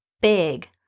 big